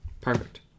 perfect